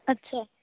ਅੱਛਾ